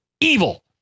evil